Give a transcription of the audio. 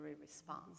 response